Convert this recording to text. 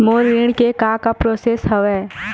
मोर ऋण के का का प्रोसेस हवय?